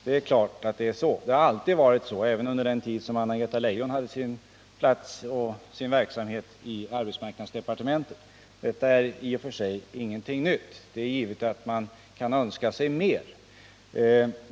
Det är klart att det är på det sättet — det har alltid varit så, även under den tid Anna-Greta Leijon hade sin plats och sin verksamhet i arbetsmarknadsdepartementet. Detta är ingenting nytt, och det är givet att man kan önska sig mer.